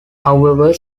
however